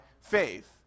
faith